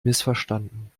missverstanden